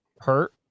hurt